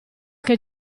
che